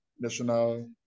national